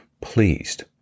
pleased